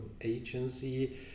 agency